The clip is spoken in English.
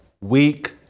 weak